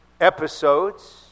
episodes